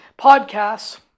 podcasts